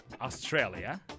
Australia